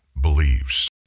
believes